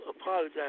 Apologize